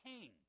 king